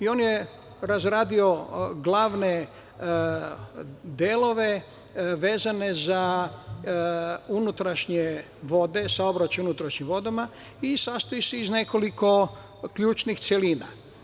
On je razradio glavne delove vezane za unutrašnje vode, saobraćaj na unutrašnjim vodama i sastoji se iz nekoliko ključnih celina.